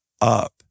up